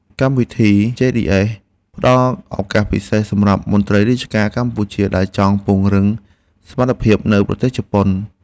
កម្មវិធីជេឌីអេស (JDS) ផ្តល់ឱកាសពិសេសសម្រាប់មន្ត្រីរាជការកម្ពុជាដែលចង់ពង្រឹងសមត្ថភាពនៅប្រទេសជប៉ុន។